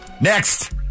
Next